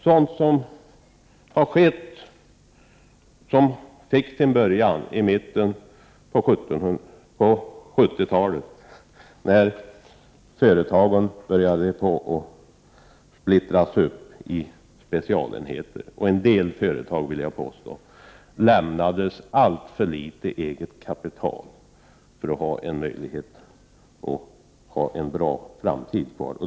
Denna utveckling fick sin början i mitten på 1970-talet när företagen började splittras upp i specialenheter. Till en del företag, vill jag påstå, lämnade man alltför litet eget kapital för att de skulle ha möjlighet till en bra framtid.